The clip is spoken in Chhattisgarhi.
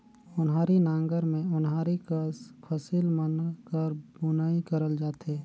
ओन्हारी नांगर मे ओन्हारी कस फसिल मन कर बुनई करल जाथे